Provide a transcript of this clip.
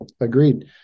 Agreed